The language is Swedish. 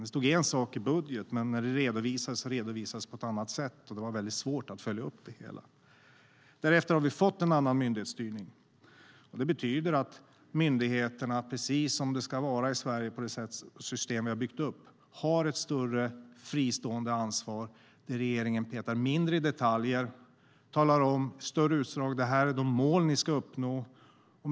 Det stod en sak i budgeten, men det redovisades på ett annat sätt, och det var väldigt svårt att följa upp det hela. Därefter har vi fått en annan myndighetsstyrning. Det betyder att myndigheterna har ett större fristående ansvar, precis som det ska vara i Sverige enligt det system vi har byggt upp. Regeringen petar mindre i detaljer och talar i stället i större drag om vilka mål myndigheten ska uppnå.